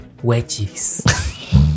Wedges